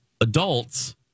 adults